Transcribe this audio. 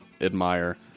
admire